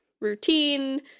routine